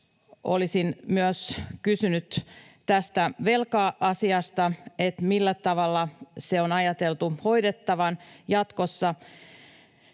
Olisin myös kysynyt tästä velka-asiasta: millä tavalla se on ajateltu hoidettavan jatkossa?